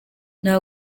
nta